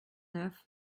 neuf